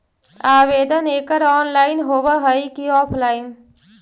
आवेदन एकड़ ऑनलाइन होव हइ की ऑफलाइन?